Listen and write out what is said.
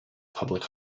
public